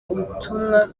ubutumwa